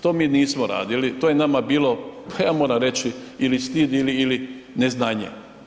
To mi nismo radili, to je nama bilo, pa ja moram reći ili stid ili neznanje.